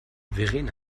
verena